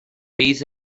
bydd